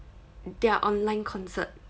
their online concert